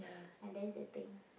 ah that's the thing